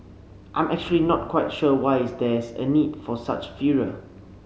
I'm actually not quite sure why is there's a need for such furor